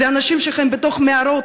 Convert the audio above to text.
אלה אנשים שחיים בתוך מערות,